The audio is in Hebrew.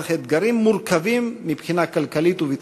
נוכח אתגרים מורכבים מבחינה כלכלית וביטחונית.